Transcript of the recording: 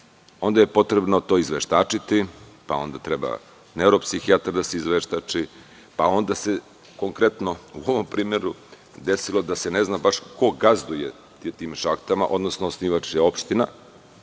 Onda je potrebno do izveštačiti, pa onda treba neuropsihijatar da se izveštači, pa onda se konkretno u ovom primeru desilo da se ne zna baš ko gazduje s tim šahtama, odnosno osnivač je opština